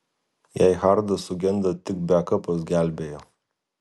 jei hardas sugenda tik bekapas gelbėja